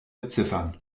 beziffern